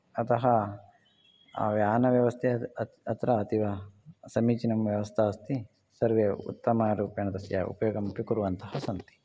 अतः यानव्यवस्था अत्र अतीवसमिचिना व्यवस्था अस्ति सर्वे उत्तमरूपेण तस्य उपयोगम् अपि कुर्वन्तः सन्ति